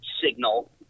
signal